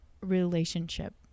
relationship